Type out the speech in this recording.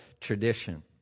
tradition